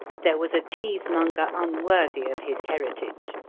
there was a cheesemonger unworthy of his heritage.